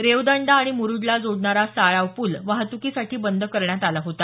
रेवदंडा आणि मुरूडला जोडणारा साळाव पूल वाहत्कीसाठी बंद करण्यात आला होता